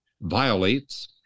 violates